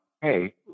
hey